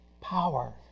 power